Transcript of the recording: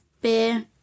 Beer